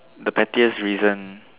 the pettiest reason